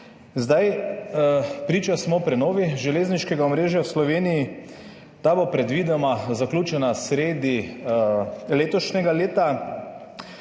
Priča smo prenovi železniškega omrežja v Sloveniji, ta bo predvidoma zaključena sredi letošnjega leta.